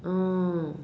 oh